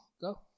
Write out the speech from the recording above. go